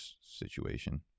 situation